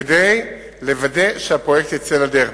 כדי לוודא שהפרויקט יצא לדרך.